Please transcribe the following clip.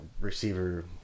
receiver